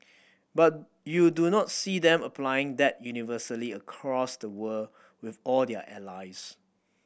but you do not see them applying that universally across the world with all their allies